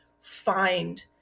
find